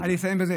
אני אסיים בזה.